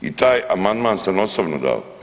I taj amandman sam osobno dao.